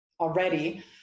already